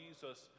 Jesus